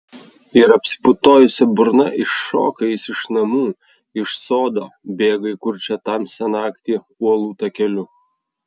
ir apsiputojusia burna iššoka jis iš namų iš sodo bėga į kurčią tamsią naktį uolų takeliu